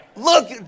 Look